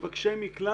מבקשי מקלט.